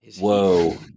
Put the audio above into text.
Whoa